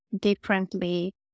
differently